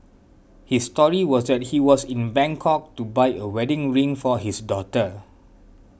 his story was that he was in Bangkok to buy a wedding ring for his daughter